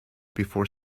before